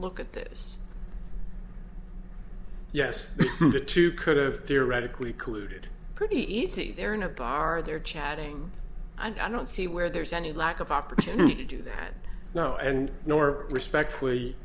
look at this yes that too could have theoretically colluded pretty easy there in a bar there chatting and i don't see where there's any lack of opportunity to do that now and nor respectfully